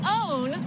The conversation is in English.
own